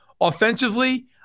Offensively